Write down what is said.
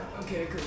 Okay